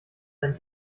dann